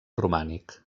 romànic